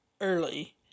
early